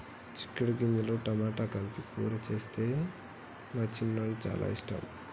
చిక్కుడు గింజలు టమాటా కలిపి కూర చేస్తే మా చిన్నోడికి చాల ఇష్టం